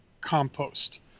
compost